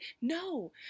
no